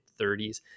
30s